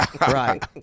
Right